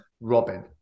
Robin